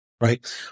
right